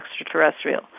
extraterrestrial